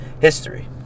history